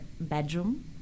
bedroom